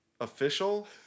official